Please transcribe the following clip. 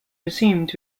resumed